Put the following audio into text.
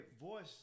voice